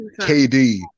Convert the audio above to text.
KD